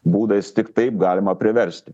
būdais tik taip galima priversti